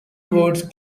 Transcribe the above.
votes